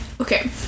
okay